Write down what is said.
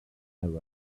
him